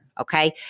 okay